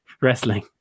wrestling